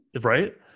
Right